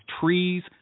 trees